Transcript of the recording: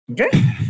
Okay